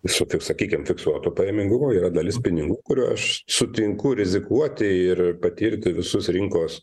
ir su kaip sakykim fiksuoto pajamingumo yra dalis pinigų kurių aš sutinku rizikuoti ir patirti visus rinkos